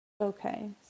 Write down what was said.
Okay